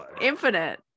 infinite